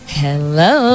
hello